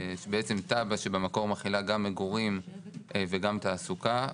בעצם תב"ע שבמקור מכילה גם מגורים וגם תעסוקה.